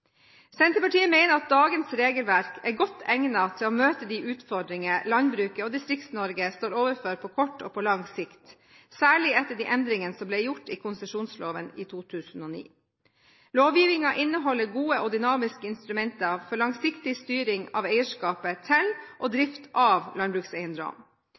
Senterpartiet mener at dagens regelverk er godt egnet til å møte de utfordringer landbruket og Distrikts-Norge står overfor på kort og på lang sikt, særlig etter de endringer som ble gjort i konsesjonsloven i 2009. Lovgivningen inneholder gode og dynamiske instrumenter for langsiktig styring av eierskapet til og